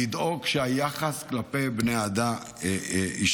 לדאוג שהיחס כלפי בני העדה ישתנה.